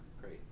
Great